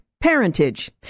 parentage